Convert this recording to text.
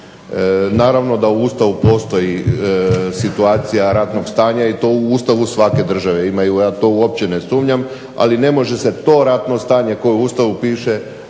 Naravno da u Ustavu postoji situacija ratnog stanja i to u Ustavu svake države imaju i ja u to uopće ne sumnja, ali ne može se to ratno stanje koje u Ustavu piše